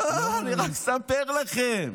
לא, אני רק מספר לכם.